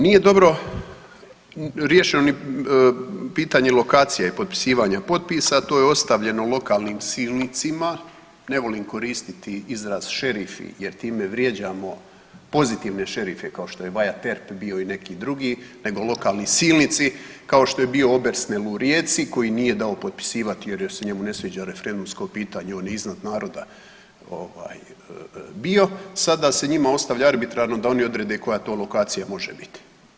Nije dobro riješeno ni pitanje lokacije potpisivanja potpisa, to je ostavljeno lokalnim silnicima, ne volim koristiti izraz šerifi jer time vrijeđamo pozitivne šerife kao što je Wyatt Earp bio i neki drugi, nego lokalni silnici kao što je bio Obersnel u Rijeci koji nije dao potpisivati jer se njemu ne sviđa referendumsko pitanje, on je iznad naroda bio, sada se njima ostavlja arbitrarno da odrede koja to lokacija može bit.